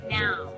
now